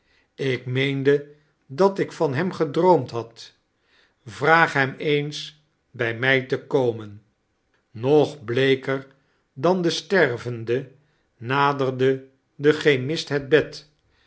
ik meende dat ik van hem gedroomd had vraag hem eens bij mij te komen nog bleeker dan de stervende naderde de chemist het bed